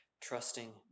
trusting